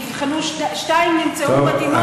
שתיים נמצאו מתאימות.